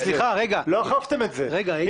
אבל לא אכפתם את זה אדוני.